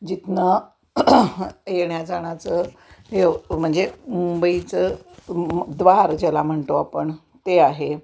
जिथनं येण्याजाण्याचं म्हणजे मुंबईचं द्वार ज्याला म्हणतो आपण ते आहे